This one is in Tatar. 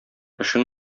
эшең